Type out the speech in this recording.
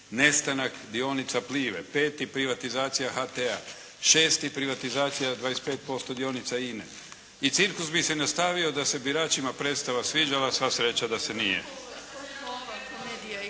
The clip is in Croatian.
nestanak dionica "Plive", peti privatizacija HT-a, šesti privatizacija 25% dionica INA-e. I cirkus bi se nastavio da se biračima predstava sviđala, sva sreća da se nije.